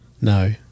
No